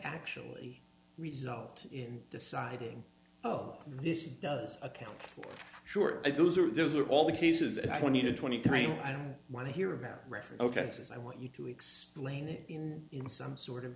actually result in deciding oh this does account for sure and those are those are all the cases a twenty to twenty three i don't want to hear about referee ok says i want you to explain it in some sort of